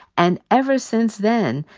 and ever since then,